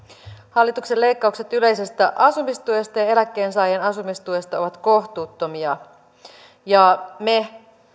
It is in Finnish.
hallituksen leikkaukset yleisestä asumistuesta ja eläkkeensaajan asumistuesta ovat kohtuuttomia me